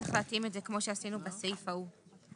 צריך להתאים את זה כמו שעשינו בסעיף ההוא,